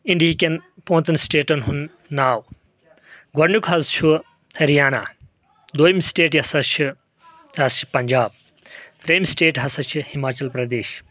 انٛڈیہکٮ۪ن پانژن سٹیٹن ہُنٛد ناو گۄڈنیُک حظ چھُ ۂریانا دٔیِم سٹیٹ یۄس حظ چھِ سۄ حظ چھِ پنجاب تریم سٹیٹ ہسا چھِ ہماچل پردیش